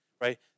right